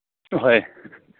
ꯍꯣꯏ